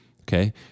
okay